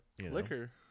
Liquor